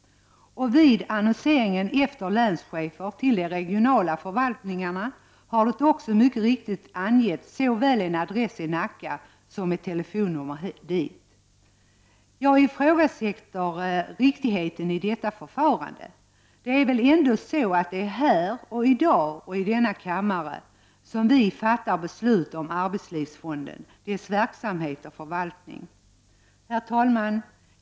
Vid annonseringen efter länschefer till de regionala förvaltningarna har det också mycket riktigt angetts såväl en adress i Nacka som ett telefonnummer dit. Jag ifrågasätter riktigheten i detta förfarande. Det är väl här i dag som vi i denna kammare skall fatta beslut om arbetslivsfonden, dess verksamhet och förvaltning. Herr talman!